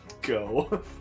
Go